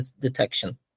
detection